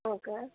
okay